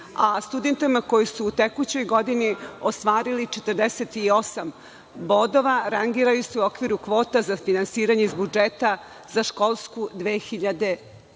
a studentima koji su u tekućoj godini ostvarili 48 bodova rangiraju se u okviru kvota za finansiranje iz budžeta za školsku